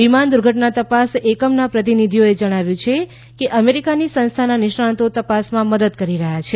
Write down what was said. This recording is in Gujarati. વિમાન દુર્ધટનાં તપાસ એકમનાં પ્રતિનિધીઓએ જણાવ્યું છે કે અમેરીકાની સંસ્થાનાં નિષ્ણાંતો તપાસમાં મદદ કરી રહ્યાં છે